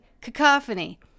Cacophony